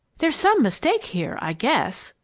there's some mistake here, i guess,